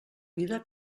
vida